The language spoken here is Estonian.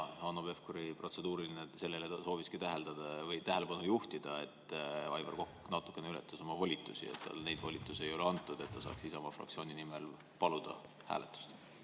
Hanno Pevkuri protseduuriline. Sellele ta sooviski tähelepanu juhtida, et Aivar Kokk natukene ületas oma volitusi. Talle neid volitusi ei ole antud, et ta saaks ise oma fraktsiooni nimel paluda hääletust.